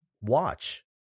watch